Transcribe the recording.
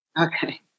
Okay